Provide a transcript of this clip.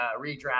redraft